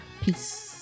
Peace